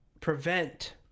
prevent